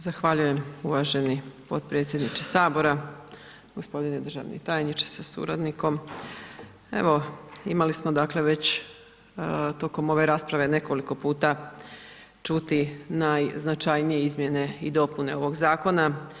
Zahvaljujem uvaženi potpredsjedniče HS. d. Državni tajniče sa suradnikom, evo imali smo, dakle, već tokom ove rasprave nekoliko puta čuti najznačajnije izmjene i dopune ovog zakona.